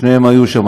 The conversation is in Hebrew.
ושניהם היו שם,